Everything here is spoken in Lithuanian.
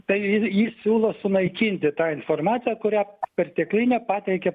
tai ji siūlo sunaikinti tą informaciją kurią perteklinę pateikia